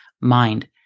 mind